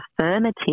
affirmative